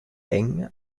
eng